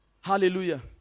Hallelujah